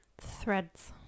Threads